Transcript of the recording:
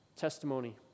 testimony